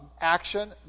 action